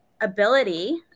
ability